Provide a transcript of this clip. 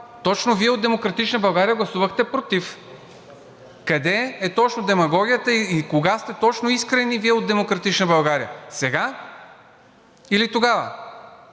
Точно Вие от „Демократична България“ гласувахте против. Къде е точно демагогията и кога точно сте искрени Вие от „Демократична България“?! Сега или тогава?